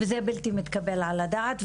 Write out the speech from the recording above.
זה בלתי מתקבל על הדעת,